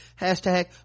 hashtag